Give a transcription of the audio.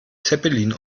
zeppelin